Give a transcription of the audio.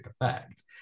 effect